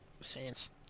Saints